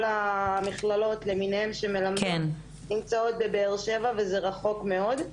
כל המכללות למיניהן שמלמדות נמצאות בבאר שבע או בספיר וזה רחוק מאוד.